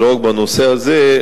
לא רק בנושא הזה,